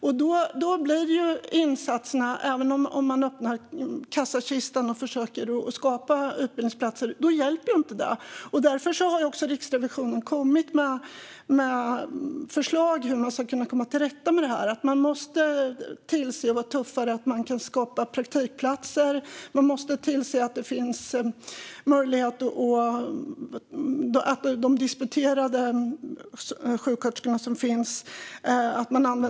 Det hjälper alltså inte även om man öppnar kassakistan och försöker skapa utbildningsplatser. Riksrevisionen har därför kommit med förslag på hur man ska komma till rätta med det här. Man måste vara tuffare och se till att det finns praktikplatser. Man måste se till att använda resursen disputerade sjuksköterskor på ett bra sätt.